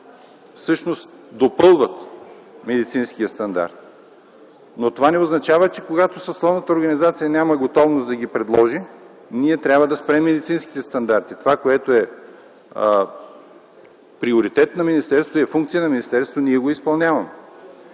всъщност допълват медицинския стандарт, но това не означава, че когато съсловната организация няма готовност да ги предложи, ние трябва да спрем медицинските стандарти. Това, което е приоритет на министерството, е функция на министерството, и ние го изпълняваме.